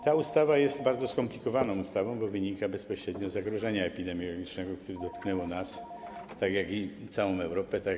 Ta ustawa jest bardzo skomplikowaną ustawą, bo wynika bezpośrednio z zagrożenia epidemiologicznego, które dotknęło nas, całą Europę i świat.